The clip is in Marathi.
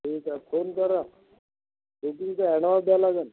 ठीक आहे फोन करा बुकिंगचे ॲडव्हान्स द्यावं लागन